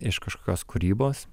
iš kažkokios kūrybos